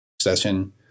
session